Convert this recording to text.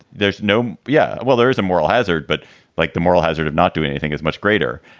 there's no. yeah, well, there is a moral hazard, but like the moral hazard of not doing anything is much greater.